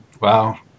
Wow